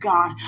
God